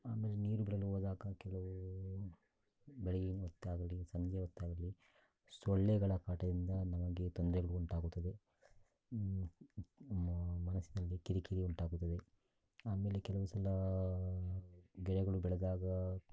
ಅಂದರೆ ನೀರು ಬಿಡಲು ಹೋದಾಗ ಕೆಲವು ಬೆಳಗಿನ ಹೊತ್ತಾಗಲಿ ಸಂಜೆ ಹೊತ್ತಾಗಲಿ ಸೊಳ್ಳೆಗಳ ಕಾಟದಿಂದ ನಮಗೆ ತೊಂದರೆಗಳು ಉಂಟಾಗುತ್ತದೆ ಮನಸ್ಸಿನಲ್ಲಿ ಕಿರಿಕಿರಿ ಉಂಟಾಗುತ್ತದೆ ಆಮೇಲೆ ಕೆಲವು ಸಲ ಗಿಡಗಳು ಬೆಳೆದಾಗ